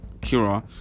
kira